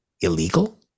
illegal